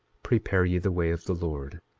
prepare ye the way of the lord,